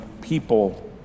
people